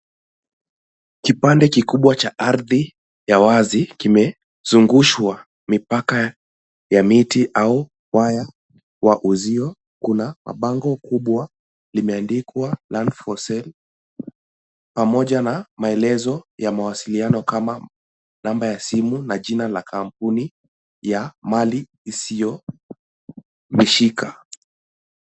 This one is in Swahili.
Kipande kikubwa cha ardhi ya wazi kimezungushwa mipaka ya miti au waya wa uzio. Kuna mabango kubwa limeandikwa land for sale , pamoja na maelezo ya mawasiliano kama namba ya simu na jina la kampuni ya mali isiyohamishika.